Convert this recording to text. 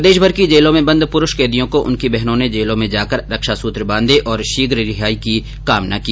प्रदेश भर की जेलों में बंद पुरूष कैदियों को उनकी बहनों ने जेलों में जाकर रक्षा सुत्र बांधे और शीघ्र रिहाई की कामना की